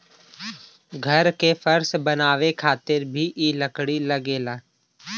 घर के फर्श बनावे खातिर भी इ लकड़ी लगेला